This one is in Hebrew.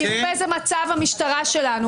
תראו באיזה מצב המשטרה שלנו.